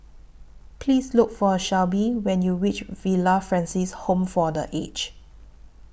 Please Look For Shelby when YOU REACH Villa Francis Home For The Aged